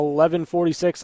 11-46